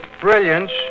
brilliance